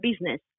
business